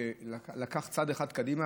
שלקח צעד אחד קדימה,